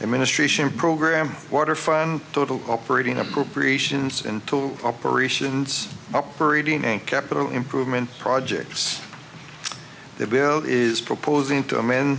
administration program water fund total operating appropriations and total operations operating and capital improvement projects the bill is proposing to amend